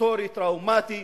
היסטורי טראומטי